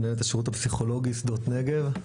מנהלת השירות הפסיכולוגי שדות נגב.